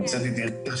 נמצאת איתי ריטה,